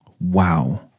Wow